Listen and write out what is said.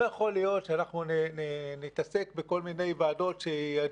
לא יכול להיות שאנחנו נתעסק בכל מיני ועדות שידונו